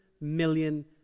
million